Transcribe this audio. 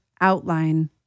outline